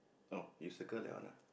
oh you circle that one ah